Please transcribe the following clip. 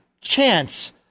chance